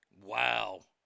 Wow